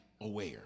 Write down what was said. aware